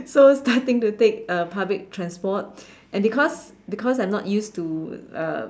so starting to take uh public transport and because because I'm not used to uh